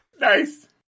nice